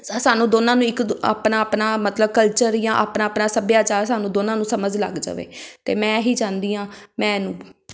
ਸ ਸਾਨੂੰ ਦੋਨਾਂ ਨੂੰ ਇੱਕ ਆਪਣਾ ਆਪਣਾ ਮਤਲਬ ਕਲਚਰ ਜਾਂ ਆਪਣਾ ਆਪਣਾ ਸੱਭਿਆਚਾਰ ਸਾਨੂੰ ਦੋਨਾਂ ਨੂੰ ਸਮਝ ਲੱਗ ਜਾਵੇ ਅਤੇ ਮੈਂ ਇਹ ਹੀ ਚਾਹੁੰਦੀ ਹਾਂ ਮੈਂ ਇਹਨੂੰ